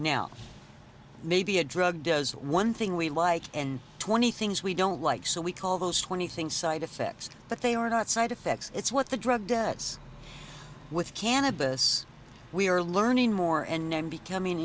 now maybe a drug does one thing we like and twenty things we don't like so we call those twenty things side effects but they are not side effects it's what the drug debts with cannabis we are learning more and name becoming